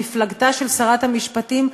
מפלגתה של שרת המשפטים,